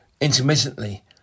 intermittently